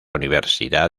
universidad